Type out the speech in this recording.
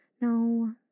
no